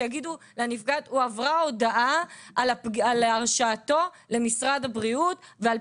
שיגידו לנפגעת: הועברה הודעה על הרשעתו למשרד הבריאות ועל